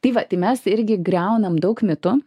tai va tai mes irgi griaunam daug mitų